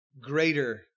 greater